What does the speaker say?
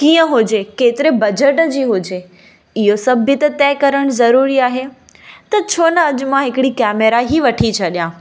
कीअं हुजे केतिरे बजेट जी हुजे इहो सभु बि त तइ करणु ज़रूरी आहे त छो न अॼु मां हिकिड़ी केमेरा ई वठी छॾियां